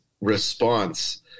response